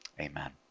Amen